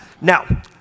Now